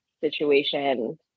situation